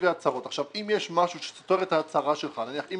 אם יש משהו שסותר את ההצהרה שלך, אם